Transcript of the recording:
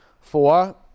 Four